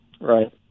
Right